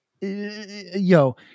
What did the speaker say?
Yo